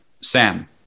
Sam